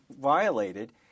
violated